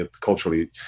culturally